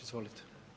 Izvolite.